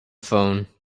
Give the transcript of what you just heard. phone